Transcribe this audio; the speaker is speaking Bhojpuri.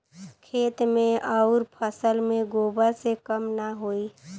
खेत मे अउर फसल मे गोबर से कम ना होई?